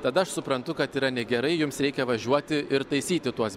tada aš suprantu kad yra negerai jums reikia važiuoti ir taisyti tuos